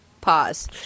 Pause